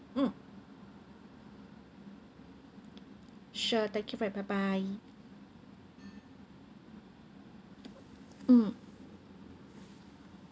mm sure thank you for it bye bye mm